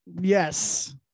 Yes